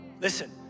listen